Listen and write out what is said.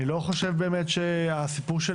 אני לא חושב באמת שהסיפור של